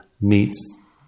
meets